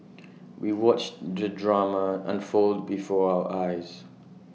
we watched the drama unfold before our eyes